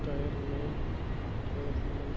tyre مین tyre یِمَن